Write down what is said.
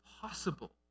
possible